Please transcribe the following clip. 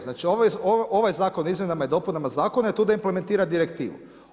Znači ovaj Zakon o izmjenama i dopunama Zakona je tu da implementira direktivu.